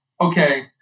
Okay